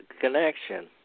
connection